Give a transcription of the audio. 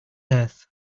earth